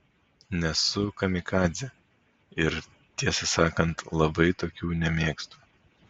nesu kamikadzė ir tiesą sakant labai tokių nemėgstu